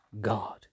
God